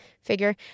figure